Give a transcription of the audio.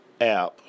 app